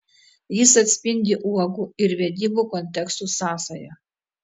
jis atspindi uogų ir vedybų kontekstų sąsają